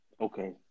Okay